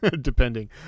Depending